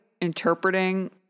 interpreting